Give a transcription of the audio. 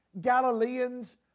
Galileans